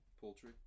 Poultry